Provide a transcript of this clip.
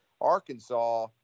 Arkansas